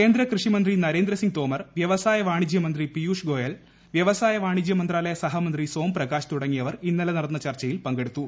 കേന്ദ്ര കൃഷി മന്ത്രി നരേന്ദ്ര സിംഗ് തോമർ വ്യവസായ വാണിജ്യ മന്ത്രി പിയൂഷ് ഗോയൽ വ്യൃഷ്ടസായ വാണിജ്യ മന്ത്രാലയ സഹമന്ത്രി സോം പ്രകാശ്ശ് ത്ത്ടങ്ങിയവർ ഇന്നലെ നടന്ന ചർച്ചയിൽ പങ്കെടുത്തു